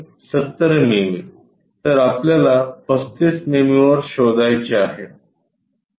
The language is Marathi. तर आपल्याला 35 मिमी वर शोधायचे आहे